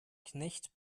knecht